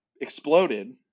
exploded